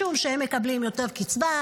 משום שהם מקבלים יותר קצבה,